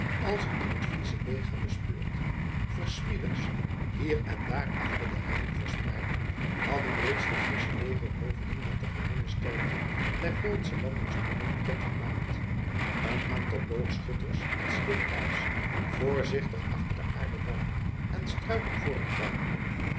als in het friesche leger bespeurd verspieders hier en daar achter de heggen verspreid hadden reeds de friesche legerhoofden met de geringe sterkte der hollandsche landingstroepen bekend gemaakt een aantal boogschutters en slingeraars voorzichtig achter de aarden wallen en struiken